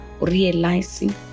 realizing